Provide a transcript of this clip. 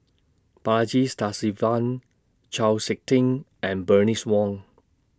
Balaji Sadasivan Chau Sik Ting and Bernice Wong